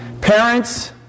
Parents